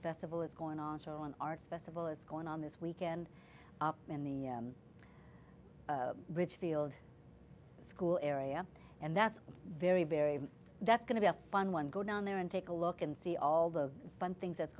festival is going on show and arts festival is going on this weekend in the richfield school area and that's very very that's going to be a fun one go down there and take a look and see all the fun things that's